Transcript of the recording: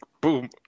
Boom